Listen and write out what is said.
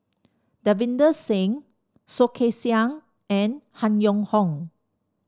Davinder Singh Soh Kay Siang and Han Yong Hong